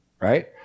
Right